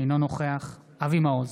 אינו נוכח אבי מעוז,